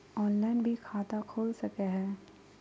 Online भी खाता खूल सके हय?